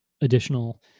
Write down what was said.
additional